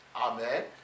Amen